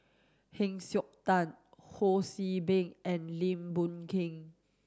Heng Siok Tian Ho See Beng and Lim Boon Keng